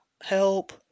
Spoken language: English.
help